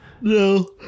no